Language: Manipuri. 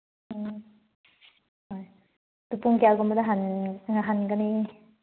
ꯎꯝ ꯍꯣꯏ ꯑꯗꯨ ꯄꯨꯡ ꯀꯌꯥꯒꯨꯝꯕꯗ ꯍꯟꯒꯅꯤ